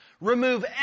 Remove